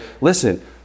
listen